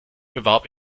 bewarb